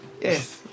Yes